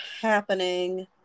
happening